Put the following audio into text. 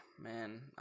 man